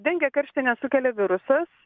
dengė karštinę sukelia virusas